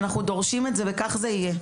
ואנחנו דורשים את זה וכך זה יהיה.